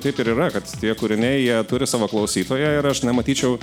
taip ir yra kad tie kūriniai jie turi savo klausytoją ir aš nematyčiau